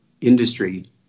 industry